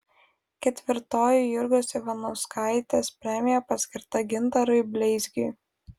ketvirtoji jurgos ivanauskaitės premija paskirta gintarui bleizgiui